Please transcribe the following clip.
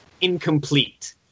incomplete